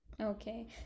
okay